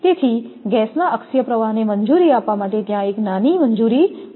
તેથી ગેસના અક્ષીય પ્રવાહને મંજૂરી આપવા માટે ત્યાં એક નાની મંજૂરી હોવી જોઈએ